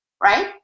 Right